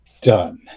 done